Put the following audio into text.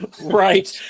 Right